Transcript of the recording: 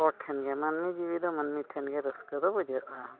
ᱦᱚᱲᱴᱷᱮᱱᱜᱮ ᱢᱟᱹᱱᱢᱤ ᱡᱤᱣᱤ ᱫᱚ ᱢᱟᱹᱱᱢᱤ ᱴᱷᱮᱱᱜᱮ ᱨᱟᱹᱥᱠᱟᱹ ᱫᱚ ᱵᱩᱡᱷᱟᱹᱜᱼᱟ